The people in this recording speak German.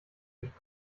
nicht